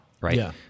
Right